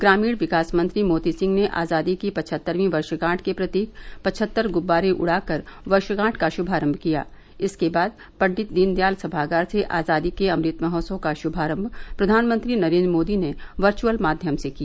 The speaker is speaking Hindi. ग्रामीण विकास मंत्री मोती सिंह ने आजादी की पचहत्तरवीं वर्षगांठ के प्रतीक पचहत्तर गुबारे उड़ाकर वर्षगांठ का श्मारम्भ किया इसके बाद पंडित दीनदयाल सभागार से आजादी के अमृत महोत्सव का श्भारंभ प्रधानमंत्री नरेंद्र मोदी ने वर्चअल माध्यम से किया